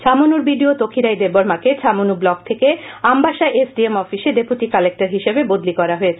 ছামনুর BDO Taksirai Debbarma কে Chhamanu block থেকে Ambassa SDM অফিসে ডেপুটি কালেক্টর হিসেবে বদলি করা হয়েছে